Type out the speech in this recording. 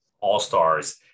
all-stars